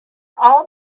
all